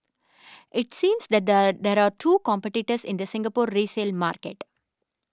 it seems that there there are two competitors in the Singapore resale market